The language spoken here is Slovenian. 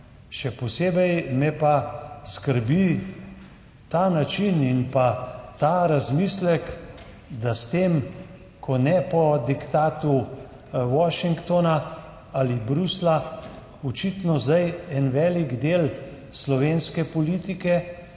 Še posebej me pa skrbi ta način in ta razmislek, da s tem, ne po diktatu Washingtona ali Bruslja, očitno zdaj en velik del slovenske politike,